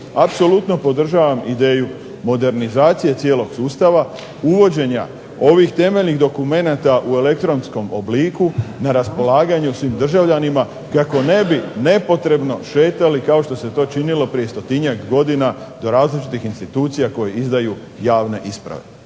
apsolutno podržavam ideju modernizacije cijelog sustava, uvođenja ovih temeljnih dokumenata u elektronskom obliku na raspolaganju svim državljanima kako ne bi nepotrebno šetali kao što se to činilo prije 100-njak godina do različitih institucija koje izdaju javne isprave.